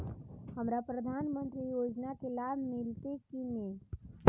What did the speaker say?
हमरा प्रधानमंत्री योजना के लाभ मिलते की ने?